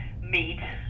meat